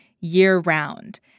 year-round